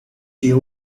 here